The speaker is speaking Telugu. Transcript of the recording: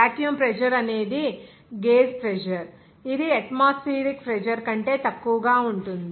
వాక్యూమ్ ప్రెజర్ అనేది గేజ్ ప్రెజర్ ఇది అట్మాస్ఫియరిక్ ప్రెజర్ కంటే తక్కువగా ఉంటుంది